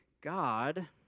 God